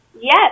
Yes